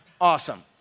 Awesome